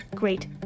great